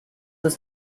das